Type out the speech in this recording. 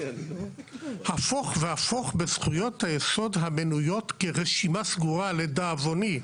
הפוך והפוך בזכויות היסוד המנויות כרשימה סגורה לדאבוני,